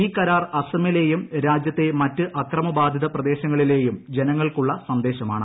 ഈ കരാർ അസമിലെയും രാജ്യത്തെ മറ്റ് അക്രമ ബാധിത പ്രദേശങ്ങളിലെയും ജനങ്ങൾക്കുള്ള സന്ദേശമാണ്